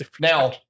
now